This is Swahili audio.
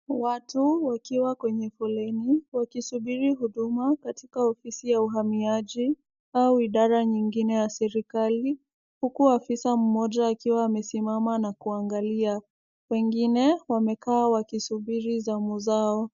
Watu wakiwa kwenye foleni wakisubiri huduma katika ofisi ya uhamiaji au idara nyingine ya serikali, huku afisa mmoja akiwa amesimama na kuangalia. Wengine wamekaa wakisubiri zamu zao.